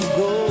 go